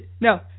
No